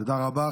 תודה רבה.